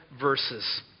verses